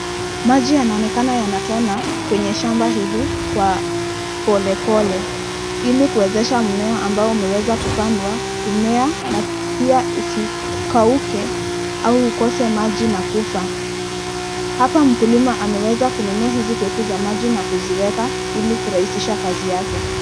Maji yanaonekana yanatona kwenye shamba hili, kwa polepole, ili kuwezesha mmea ambao umeweza kupandwa, kumea, na pia usikauke, au ukose maji na kufa. Hapa mkulima ameweza kununua hizi paipu za maji na kuziweka, ili kurahisisha kazi yake.